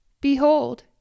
Behold